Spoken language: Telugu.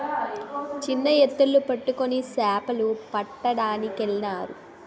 చిన్న ఎత్తిళ్లు పట్టుకొని సేపలు పట్టడానికెళ్ళినారు